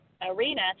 arena